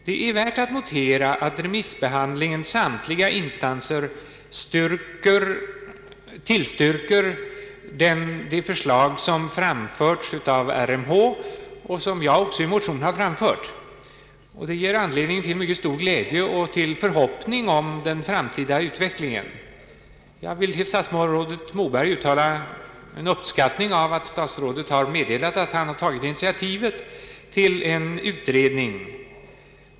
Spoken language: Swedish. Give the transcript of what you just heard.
Det är värt att notera att samtliga remissinstanser tillstyrker de förslag som framförts av RMH och som jag framförde i den motion jag hänvisat till. Det ger anledning till mycket stor glädje och en förhoppning om den framtida utvecklingen. Jag vill uttala min uppskattning av att statsrådet tagit initiativ till en utredning.